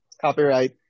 Copyright